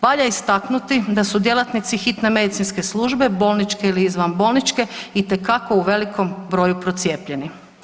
Valja istaknuti da su djelatnici hitne medicinske službe bolničke ili izvan bolničke itekako u velikom broju procijepljeni.